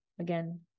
again